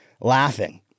laughing